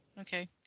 Okay